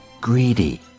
greedy